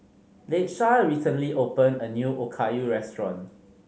Latesha recently opened a new Okayu Restaurant